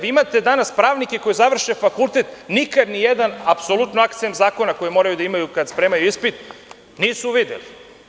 Vi imate danas pravnike koji završe fakultet, nikad nijedan apsolutno aksem zakona koji moraju da imaju kad spremaju ispit nisu videli.